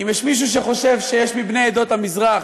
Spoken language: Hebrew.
אם יש מישהו שחושב שיש מבני עדות המזרח,